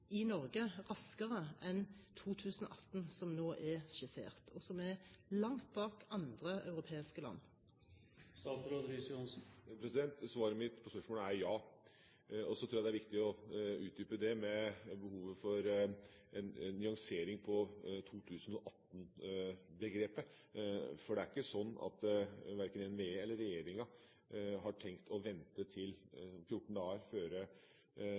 i Norge raskere enn i 2018, som nå er skissert, og som er langt senere enn i andre europeiske land. Mitt svar på spørsmålet er ja. Så tror jeg det er viktig å utdype og nyansere 2018-begrepet, for verken NVE eller regjeringa har tenkt å vente til 14 dager før